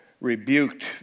rebuked